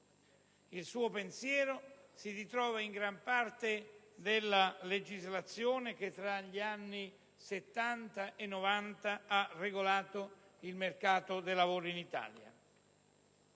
Il suo pensiero si ritrova in gran parte nella legislazione che, tra gli anni Settanta e Novanta, ha regolato il mercato del lavoro in Italia.